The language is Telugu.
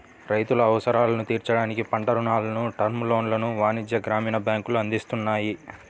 రైతుల అవసరాలను తీర్చడానికి పంట రుణాలను, టర్మ్ లోన్లను వాణిజ్య, గ్రామీణ బ్యాంకులు అందిస్తున్నాయి